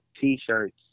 t-shirts